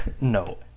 No